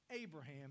Abraham